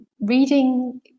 Reading